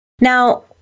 Now